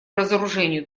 разоружению